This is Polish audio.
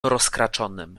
rozkraczonym